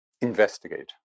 investigate